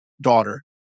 daughter